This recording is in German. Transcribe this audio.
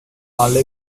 alle